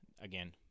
Again